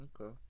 Okay